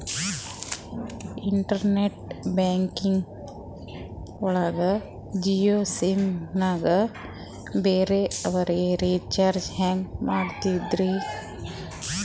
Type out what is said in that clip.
Internet banking ಒಳಗ Jio SIM ಗೆ ಬೇರೆ ಅವರಿಗೆ ರೀಚಾರ್ಜ್ ಹೆಂಗ್ ಮಾಡಿದ್ರಿ?